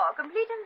complete